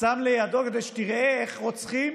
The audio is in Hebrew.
שם לידו כדי שתראה איך רוצחים